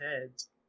heads